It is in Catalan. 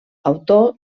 autor